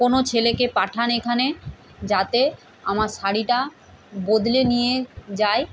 কোনো ছেলেকে পাঠান এখানে যাতে আমার শাড়িটা বদলে নিয়ে যায়